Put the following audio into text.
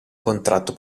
contratto